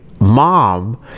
mom